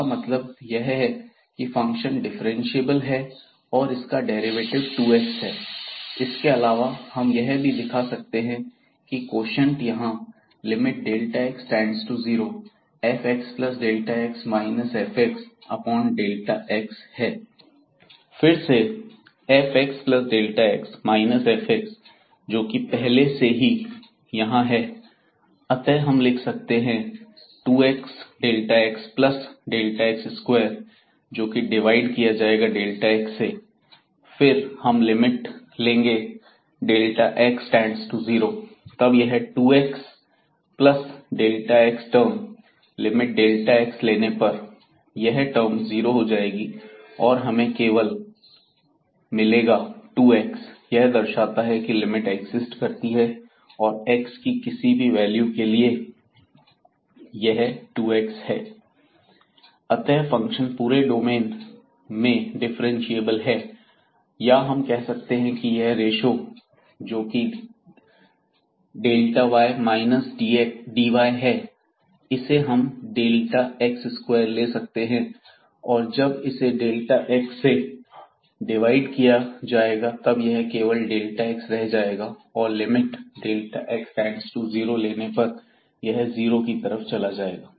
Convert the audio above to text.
इसका मतलब यह है की फंक्शन डिफरेंशियल है और इसका डेरिवेटिव 2 x है इसके अलावा हम यह भी दिखा सकते हैं कि यह कोशिएंट यहां x→0fxx fxहै फिर से fxx fx जो कि पहले से ही यहां है अतः हम लिख सकते हैं 2xxΔx2जोकि डिवाइड किया जाएगा x से फिर हम लिमिट लेंगे x→0 तब यह 2x plus x term limit x→0 लेने पर यह टर्म जीरो हो जाएगी और हमें केवल जब मिलेगा 2x यह दर्शाता है की लिमिट एक्जिस्ट करती है x की किसी भी वैल्यू के लिए अतः फंक्शन पूरे डोमेन में डिफ्रेंशिएबल है या हम कह सकते हैं कि यह रेश्यो जोकि y dy है इसे हम x2ले सकते हैं और जब इसे xसे डिवाइड किया जाएगा तब यह केवल xरह जाएगा और लिमिट x→0 लेने पर यह जीरो की तरफ चला जाएगा